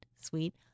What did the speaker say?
sweet